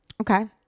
Okay